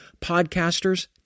podcasters